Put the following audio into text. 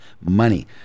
money